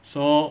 so